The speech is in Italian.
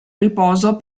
riposo